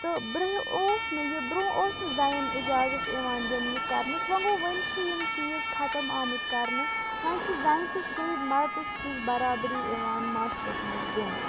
تہٕ برونٛہہ اوس نہٕ یہِ برونٛہہ اوس نہٕ زَنٮ۪ن اِجازت یِوان دِنہٕ یہِ کَرنَس وۄۍ گوٚو وۄنۍ چھِ یِم چیٖز ختم آمٕتۍ کَرنہٕ وۄنۍ چھِ زَنہِ تہِ سُے مَددَس ہِش برابٔری یِوان معاشرس منٛز دِنہٕ